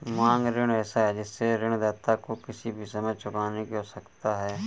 मांग ऋण ऐसा है जिससे ऋणदाता को किसी भी समय चुकाने की आवश्यकता है